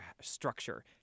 structure